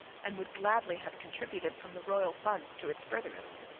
and would gladly have contributed from the royal funds to its furtherance.